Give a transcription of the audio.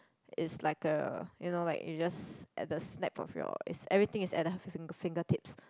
is like a you know like you just at the snap of your is everything is at the fingertips